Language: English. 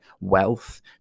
wealth